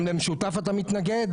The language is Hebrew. גם למשותפת אתה מתנגד?